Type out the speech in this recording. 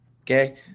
Okay